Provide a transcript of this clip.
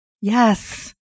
Yes